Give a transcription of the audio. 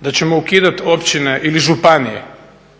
da ćemo ukidati općine ili županije.